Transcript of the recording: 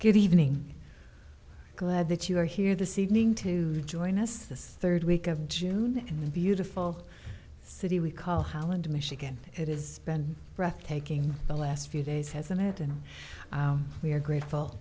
good evening glad that you are here this evening to join us this third week of june in the beautiful city we call holland michigan it is been breathtaking the last few days hasn't it and we are grateful